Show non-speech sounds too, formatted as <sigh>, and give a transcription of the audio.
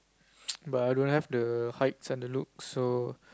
<noise> but I don't have the heights and the looks so